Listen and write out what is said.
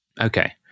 Okay